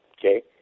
Okay